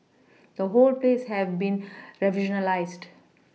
the whole place has been revolutionised